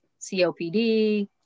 COPD